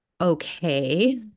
okay